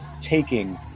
taking